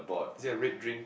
is it a red drink